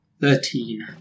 Thirteen